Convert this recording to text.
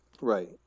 right